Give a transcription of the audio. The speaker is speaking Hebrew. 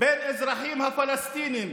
האזרחים הפלסטינים